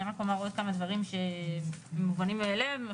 אני רק אומר עוד כמה דברים שמובנים מאליהם,